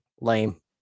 lame